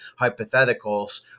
hypotheticals